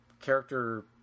character